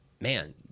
man